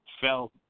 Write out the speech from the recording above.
fell